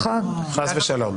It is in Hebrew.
חס ושלום.